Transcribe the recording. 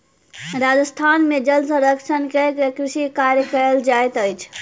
राजस्थान में जल संरक्षण कय के कृषि कार्य कयल जाइत अछि